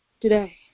today